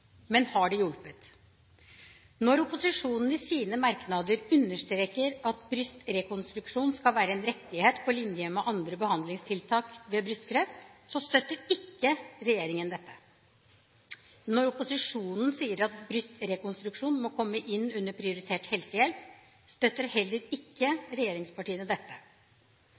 Men har det hjulpet? Når opposisjonen i sine merknader understreker at brystrekonstruksjon skal være en rettighet på linje med andre behandlingstiltak ved brystkreft, støtter ikke regjeringen dette. Når opposisjonen sier at brystrekonstruksjon må komme innunder prioritert helsehjelp, støtter heller ikke regjeringspartiene dette.